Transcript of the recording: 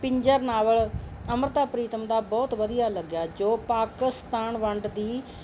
ਪਿੰਜਰ novel Amrita Pritam ਦਾ ਬਹੁਤ ਵਧੀਆ ਲੱਗਿਆ ਜੋ ਪਾਕਿਸਤਾਨ ਵੰਡ ਦੀ